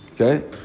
Okay